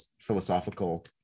philosophical